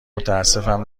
متاسفم